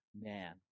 man